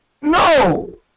No